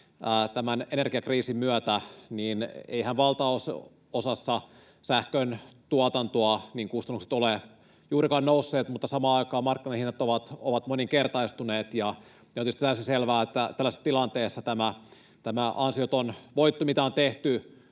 tämän energiakriisin myötä valtaosassa sähköntuotantoa kustannukset eivät ole juurikaan nousseet, mutta samaan aikaan markkinahinnat ovat moninkertaistuneet. On tietysti täysin selvää, että tällaisessa tilanteessa verotetaan tämä ansioton voitto, mitä on tehty